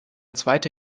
zweite